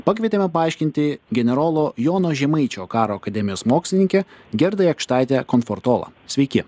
pakvietėme paaiškinti generolo jono žemaičio karo akademijos mokslininkę gerdą jakštaitę komfortolą sveiki